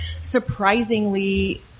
surprisingly